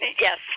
yes